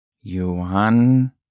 Johan